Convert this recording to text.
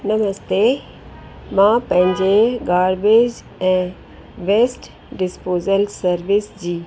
नमस्ते मां पंहिंजे गार्बेज ऐं वेस्ट डिस्पोज़ल सर्विस जी